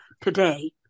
today